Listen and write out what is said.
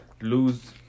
lose